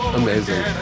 amazing